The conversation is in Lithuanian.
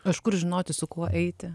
o iš kur žinoti su kuo eiti